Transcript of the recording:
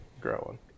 growing